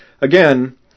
again